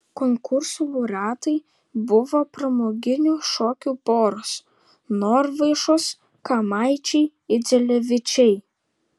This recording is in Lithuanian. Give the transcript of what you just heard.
konkursų laureatai buvo pramoginių šokių poros norvaišos kamaičiai idzelevičiai